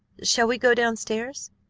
shall we go down-stairs?